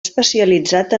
especialitzat